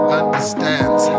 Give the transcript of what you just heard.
understands